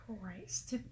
Christ